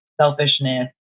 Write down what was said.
selfishness